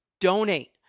donate